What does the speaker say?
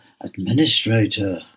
administrator